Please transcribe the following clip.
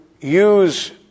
Use